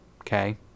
Okay